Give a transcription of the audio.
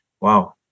Wow